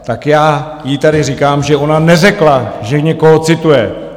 Tak já jí tady říkám, že ona neřekla, že někoho cituje!